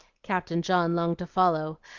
captain john longed to follow,